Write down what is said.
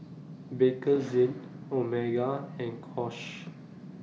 Bakerzin Omega and